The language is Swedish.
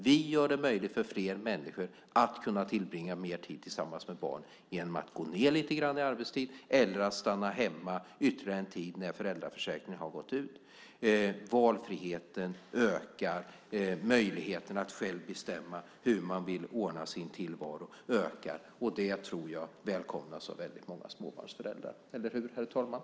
Vi gör det möjligt för fler människor att tillbringa mer tid tillsammans med barnen genom att de går ned lite grann i arbetstid eller att de stannar hemma ytterligare en tid när föräldraförsäkringen har gått ut. Valfriheten ökar. Möjligheten att själv bestämma hur man vill ordna sin tillvaro ökar. Det tror jag välkomnas av väldigt många småbarnsföräldrar - eller hur, herr talman?